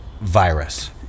virus